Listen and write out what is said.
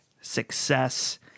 success